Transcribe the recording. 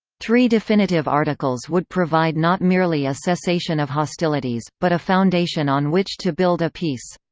three definitive articles would provide not merely a cessation of hostilities, but a foundation on which to build a peace.